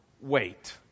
wait